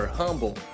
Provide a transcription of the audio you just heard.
humble